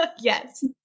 Yes